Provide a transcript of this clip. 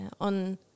on